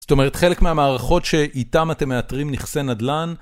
זאת אומרת, חלק מהמערכות שאיתם אתם מאתרים נכסי נדלן.